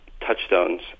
Touchstones